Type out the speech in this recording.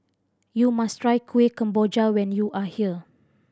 you must try Kuih Kemboja when you are here